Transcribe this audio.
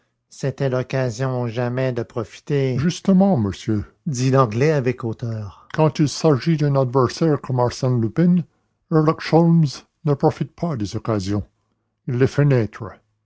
c'était l'occasion ou jamais de profiter justement monsieur dit l'anglais avec hauteur quand il s'agit d'un adversaire comme arsène lupin herlock sholmès ne profite pas des occasions il les